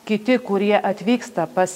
kiti kurie atvyksta pas